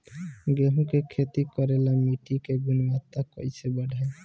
गेहूं के खेती करेला मिट्टी के गुणवत्ता कैसे बढ़ाई?